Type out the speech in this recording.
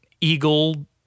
Eagle